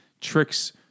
tricks